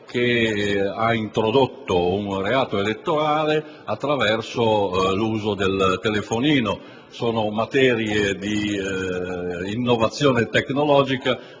viene introdotto il reato elettorale attraverso l'uso del telefonino. Sono materie legate all'innovazione tecnologica.